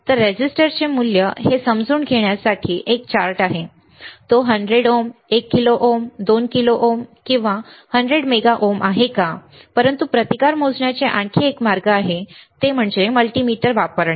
तर रेझिस्टरचे मूल्य काय आहे हे समजून घेण्यासाठी एक चार्ट आहे तो 100 ohm 1 kilo ohm 2 kilo ohm 100 mega ohm आहे का परंतु प्रतिकार मोजण्याचे आणखी एक मार्ग आहे आणि ते मल्टीमीटर वापरणे